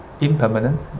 impermanent